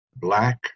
Black